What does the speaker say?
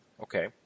Okay